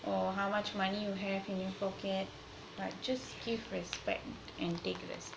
or how much money you have in your pocket like just give respect and take respect